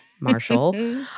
Marshall